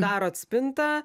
darot spintą